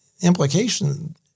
implication